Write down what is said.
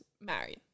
married